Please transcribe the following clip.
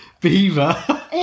beaver